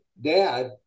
dad